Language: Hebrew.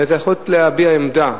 אלא יש אפשרות להביע עמדה.